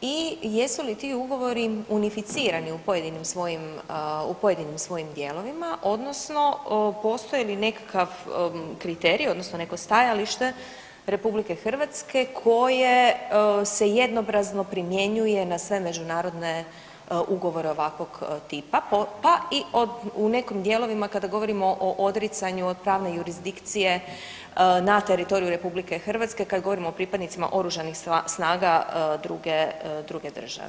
i jesu li ti ugovori unificirani u pojedinim svojim dijelovima odnosno postoji li nekakav kriterij odnosno neko stajalište RH koje se jednoobrazno primjenjuje na sve međunarodne ugovore ovakvog tipa pa i u nekim dijelovima kada govorimo o odricanju od pravne jurisdikcije na teritoriju RH kada govorimo o pripadnicima oružanih snaga druge države.